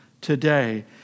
today